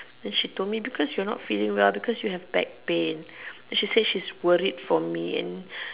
then she told me because you're not feeling well because you have back pain then she said she's worried for me and